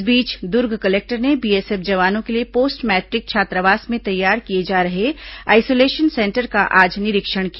इस बीच दुर्ग कलेक्टर ने बीएसएफ जवानों के लिए पोस्ट मैट्रिक छात्रावास में तैयार किए जा रहे आइसोलेशन सेंटर का आज निरीक्षण किया